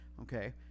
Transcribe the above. okay